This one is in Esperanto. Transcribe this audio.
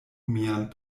mian